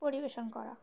পরিবেশন করা